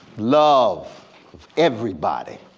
love everybody,